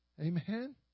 Amen